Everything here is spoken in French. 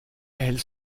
elles